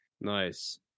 Nice